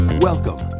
Welcome